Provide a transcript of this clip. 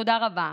תודה רבה.